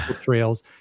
trails